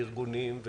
ארגונים,